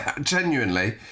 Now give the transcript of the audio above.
genuinely